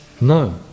No